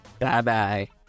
Bye-bye